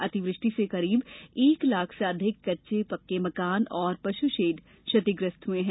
अतिवृष्टि से करीब एक लाख से अधिक कच्चे पक्के मकान और पशुशेड क्षतिग्रस्त हुए हैं